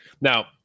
Now